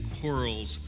quarrels